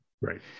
right